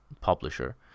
publisher